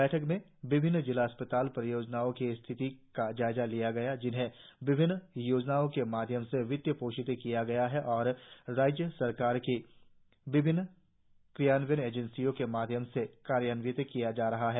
बैठक में विभिन्न जिला अस्पताल परियोजनाओं की स्थिति का जायजा लिया गया जिन्हें विभिन्न योजनाओं के माध्यम से वित्त पोषित किया गया और राज्य सरकार की विभिन्न क्रियान्वयन एजेंसियों के माध्यम से कार्यान्वित किया जा रहा है